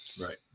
Right